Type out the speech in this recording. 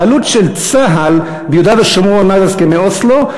העלות של צה"ל ביהודה ושומרון מאז הסכמי אוסלו: